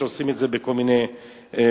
שעושים את זה בכל מיני מקומות.